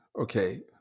okay